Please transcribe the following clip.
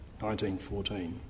1914